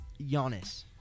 Giannis